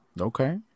Okay